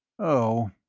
oh,